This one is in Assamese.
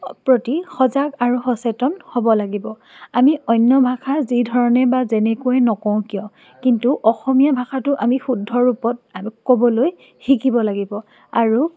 প্ৰতি সজাগ আৰু সচেতন হ'ব লাগিব আমি অন্যভাষা যি ধৰণে বা যেনেকৈ নকওঁ কিয় কিন্তু অসমীয়া ভাষাটো আমি শুদ্ধ ৰূপত আমি ক'বলৈ শিকিব লাগিব আৰু